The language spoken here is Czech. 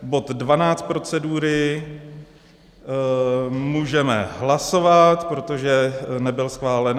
Bod 12 procedury můžeme hlasovat, protože nebyl schválen E4490.